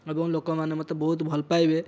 ଏବଂ ଲୋକମାନେ ମତେ ବହୁତ ଭଲପାଇବେ